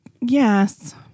Yes